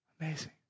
Amazing